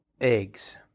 eggs